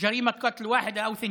מי משלם יותר?